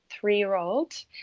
three-year-old